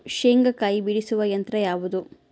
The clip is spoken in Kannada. ಶೇಂಗಾಕಾಯಿ ಬಿಡಿಸುವ ಯಂತ್ರ ಯಾವುದು?